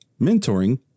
mentoring